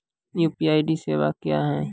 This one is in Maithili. यु.पी.आई सेवा क्या हैं?